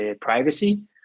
privacy